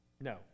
No